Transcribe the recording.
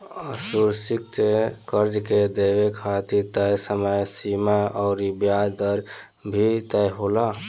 असुरक्षित कर्जा के देवे खातिर तय समय सीमा अउर ब्याज दर भी तय होला